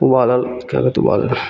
उबालल खएलक उबालल